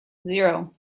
zero